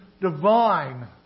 divine